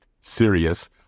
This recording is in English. serious